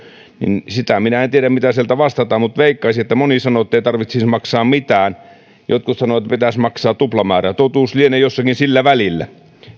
niin sitä minä en tiedä mitä sieltä vastataan mutta veikkaisin että moni sanoo ettei tarvitsisi maksaa mitään jotkut sanovat että pitäisi maksaa tuplamäärä sen mielipidetiedustelun totuus lienee jossakin sillä välillä